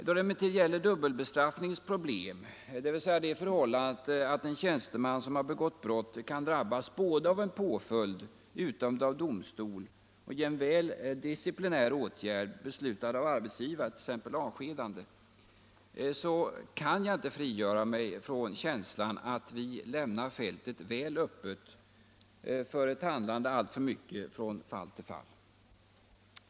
Då det emellertid gäller dubbelbestraffningens problem — dvs. det förhållandet att en tjänsteman som har begått brott kan drabbas både av en påföljd utdömd av domstol och av disciplinär åtgärd beslutad av arbetsgivaren, t.ex. avskedande — kan jag inte frigöra mig från känslan av att vi lämnar fältet väl öppet för ett handlande alltför mycket från fall till fall.